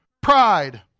Pride